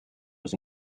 was